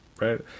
right